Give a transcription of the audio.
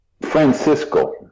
Francisco